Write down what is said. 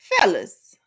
fellas